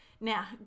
Now